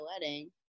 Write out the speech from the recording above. wedding